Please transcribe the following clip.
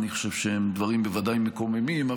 אני חושב שהם בוודאי דברים מקוממים.